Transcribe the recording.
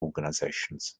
organizations